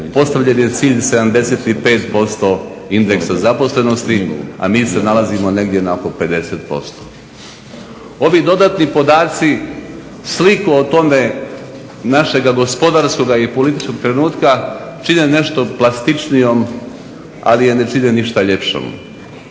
postavljen je cilj 75% indeksa zaposlenosti, a mi se nalazimo negdje na oko 50%. Ovi dodatni podaci sliku o tome, našeg gospodarskoga i političkog trenutka čine nešto plastičnijom, ali je ne čine ništa ljepšom.